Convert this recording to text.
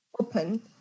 open